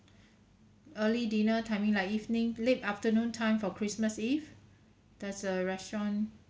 early dinner timing like evening late afternoon time for christmas eve does the restaurant